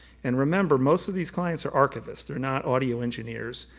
and remember, most of these clients are archivists, they're not audio engineers,